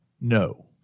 No